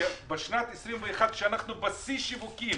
שבשנת 2021, כשאנחנו בשיא השיווקים